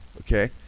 okay